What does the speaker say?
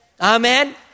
Amen